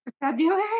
February